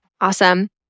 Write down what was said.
awesome